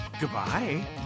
Goodbye